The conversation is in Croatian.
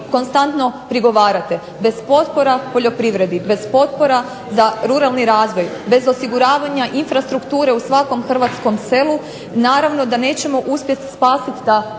konstantno prigovarate. Bez potpora poljoprivredi, bez potpora za ruralni razvoj, bez osiguravanja infrastrukture u svakom hrvatskom selu naravno da nećemo uspjeti spasiti ta hrvatska sela.